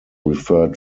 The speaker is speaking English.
referred